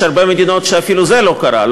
יש הרבה מדינות שאפילו זה לא קרה,